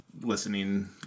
listening